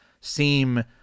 seem